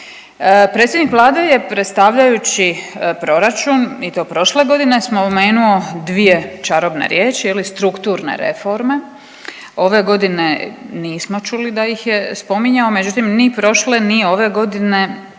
Predsjednik Vlade je predstavljajući proračun i to prošle godine spomenuo dvije čarobne riječi je li, strukturne reforme, ove godine nismo čuli da ih je spominjao, međutim ni prošle, ni ove godine